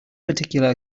particular